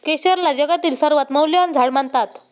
केशरला जगातील सर्वात मौल्यवान झाड मानतात